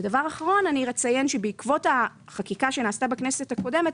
כדבר אחרון אני אציין שבעקבות החקיקה שנעשתה בכנסת הקודמת,